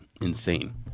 insane